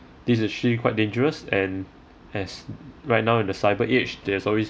this is actually quite dangerous and as right now in the cyber age there's always